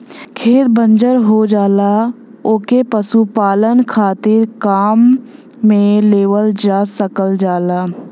खेत बंजर हो जाला ओके पशुपालन खातिर काम में लेवल जा सकल जाला